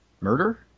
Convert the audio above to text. murder